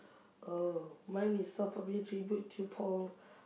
oh mine is South tribute to Paul